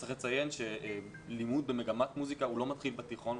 צריך לציין שלימוד במגמת מוסיקה לא מתחיל בתיכון,